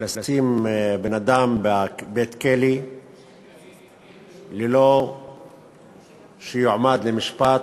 לשים בן-אדם בבית-כלא ללא שיועמד למשפט,